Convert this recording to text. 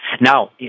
Now